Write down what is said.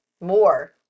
more